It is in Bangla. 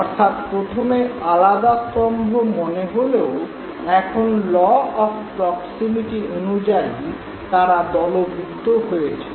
অর্থাৎ প্রথমে আলাদা স্তম্ভ মনে হলেও এখন ল অফ প্রক্সিমিটি অনুযায়ী তারা দলভুক্ত হয়েছে